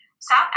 South